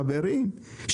חברים,